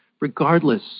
regardless